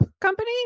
company